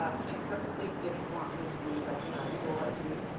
um pete purposely didn't want me to be recognizable as me.